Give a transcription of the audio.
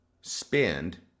spend